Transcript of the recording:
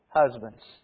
husbands